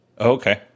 Okay